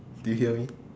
did you hear me